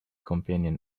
companion